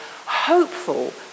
hopeful